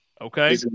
Okay